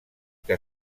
que